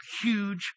huge